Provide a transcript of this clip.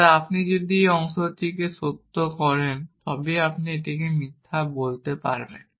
তবে আপনি যদি এই অংশটিকে সত্য করেন তবেই আপনি এটিকে মিথ্যা করতে পারবেন